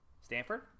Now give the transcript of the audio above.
Stanford